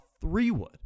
three-wood